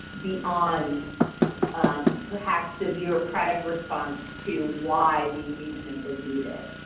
beyond um perhaps the bureaucratic response to why the engagement is needed.